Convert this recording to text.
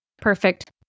perfect